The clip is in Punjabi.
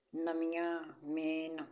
ਨਵੀਆਂ ਮੇਨ